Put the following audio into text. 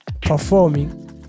performing